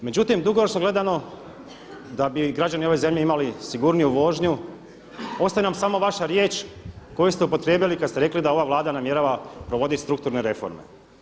Međutim, dugoročno gledano da bi građani ove zemlje imali sigurniju vožnju ostaje nam samo vaša riječ koju ste upotrijebi kad ste rekli da ova Vlada namjerava provoditi strukturne reforme.